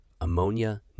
ammonia